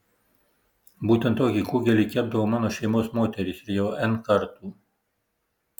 būtent tokį kugelį kepdavo mano šeimos moterys ir jau n kartų